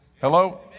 Hello